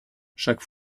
chaque